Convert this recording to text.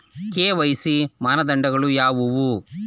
KYC ಮಾನದಂಡಗಳು ಯಾವುವು?